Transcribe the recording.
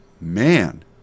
man